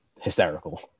hysterical